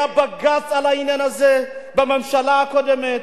היה בג"ץ על העניין הזה בממשלה הקודמת.